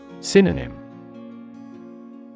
Synonym